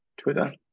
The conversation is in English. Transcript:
Twitter